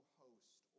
host